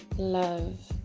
Love